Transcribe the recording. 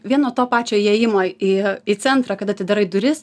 vien nuo to pačio įėjimo į į centrą kada atidarai duris